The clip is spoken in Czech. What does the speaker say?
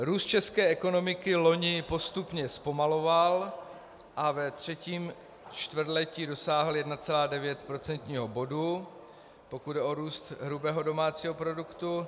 Růst české ekonomiky loni postupně zpomaloval a ve třetím čtvrtletí dosáhl 1,9 procentního bodu, pokud jde o růst hrubého domácího produktu.